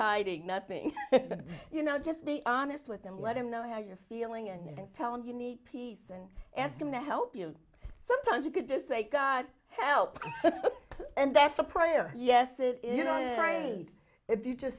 hiding nothing you know just be honest with him let him know how you're feeling and tell him you need peace and ask him to help you sometimes you could just say god help and that's a prayer yes it is you know if you just